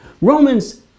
Romans